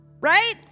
Right